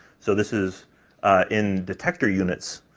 so this is in detector units,